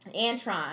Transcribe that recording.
Antron